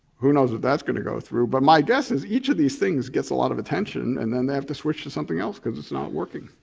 who know what that's gonna go through? but my guess is, each of these things gets a lot of attention and then they have to switch to something else, cause it's not working.